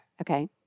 Okay